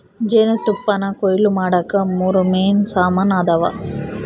ಜೇನುತುಪ್ಪಾನಕೊಯ್ಲು ಮಾಡಾಕ ಮೂರು ಮೇನ್ ಸಾಮಾನ್ ಅದಾವ